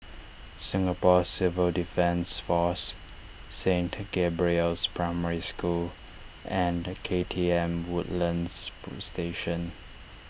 Singapore Civil Defence force Saint Gabriel's Primary School and K T M Woodlands Station